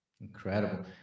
Incredible